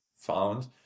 found